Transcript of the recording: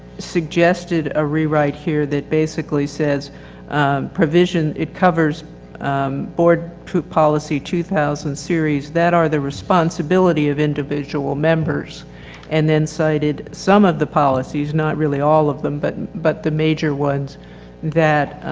suggested a rewrite here that basically says provision it covers board policy two thousand series, that are the responsibility of individual members and then cited some of the policies, not really all of them but, but the major ones that